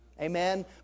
Amen